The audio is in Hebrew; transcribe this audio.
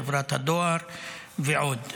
חברת הדואר ועוד.